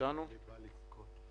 משרד האוצר,